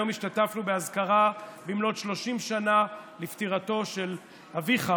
היום השתתפנו באזכרה במלאת 30 שנה לפטירתו של אביך,